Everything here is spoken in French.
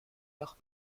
leurs